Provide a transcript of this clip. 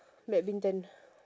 badminton